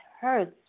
hurts